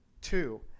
Two